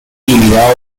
eliminado